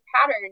pattern